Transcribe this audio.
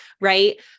Right